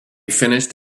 finished